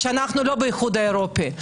שאנחנו לא באיחוד האירופי.